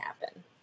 happen